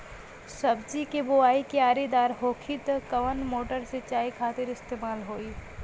सब्जी के बोवाई क्यारी दार होखि त कवन मोटर सिंचाई खातिर इस्तेमाल होई?